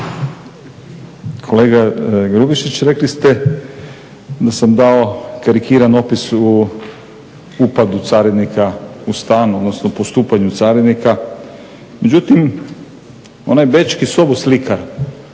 Kolega Grubišić rekli ste da sam dao karikiran opis u upadu carinika u stan, odnosno postupanju carinika. Međutim, onaj bečki soboslikar